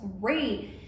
great